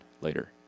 later